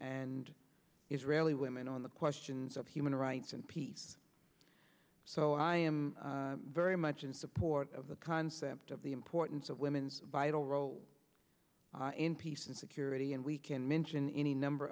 and israeli women on the questions of human rights and peace so i am very much in support of the concept of the importance of women's vital role in peace and security and we can mention any number